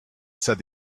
said